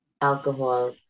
alcohol